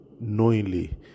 knowingly